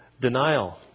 Denial